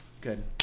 Good